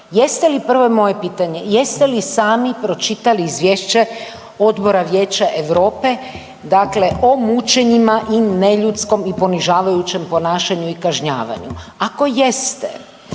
jeste li prvo moje pitanje. Jeste li sami pročitali Izvješće Odbora Vijeća Europe, dakle o mučenjima i neljudskom i ponižavajućem ponašanju i kažnjavanju. Ako jeste,